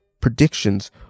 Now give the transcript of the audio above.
predictions